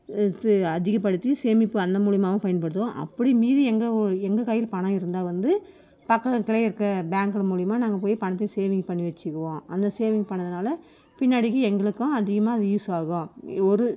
அதிகப்படுத்தி சேமிப்பு அந்த மூலிமாவும் பயன்படுத்துவோம் அப்படி மீதி எங்கள் எங்கள் கையில பணம் இருந்தால் வந்து பக்கத்துலேயே இருக்க பேங்க்குகள் மூலிமா நாங்கள் போய் பணத்தை சேவிங் பண்ணி வெச்சுக்குவோம் அந்த சேவிங் பண்றதுனால் பின்னாடிக்கு எங்களுக்கும் அதிகமாக அது யூஸ் ஆகும் ஒரு